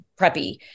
preppy